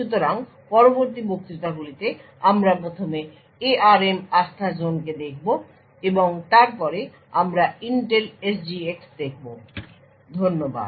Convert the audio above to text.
সুতরাং পরবর্তী বক্তৃতাগুলিতে আমরা প্রথমে ARM আস্থাজোনকে দেখব এবং তারপরে আমরা ইন্টেল SGX দেখব ধন্যবাদ